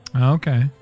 Okay